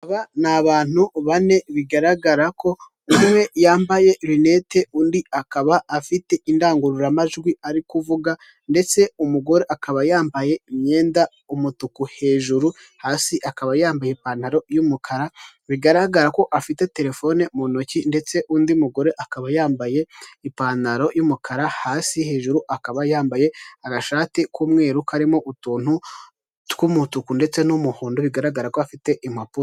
Aba ni abantu bane bigaragara ko umwe yambaye rlnete undi akaba afite indangururamajwi ari kuvuga, ndetse umugore akaba yambaye imyenda umutuku hejuru hasi akaba yambaye ipantaro y'umukara, bigaragara ko afite terefone mu ntoki, ndetse undi mugore akaba yambaye ipantaro y'umukara hasi, hejuru akaba yambaye agashati k'umweru karimo utuntu tw'umutuku ndetse n'umuhondo bigaragara ko afite impapuro.